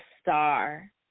star